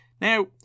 Now